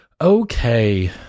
Okay